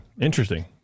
interesting